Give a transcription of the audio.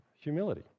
humility